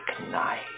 ignite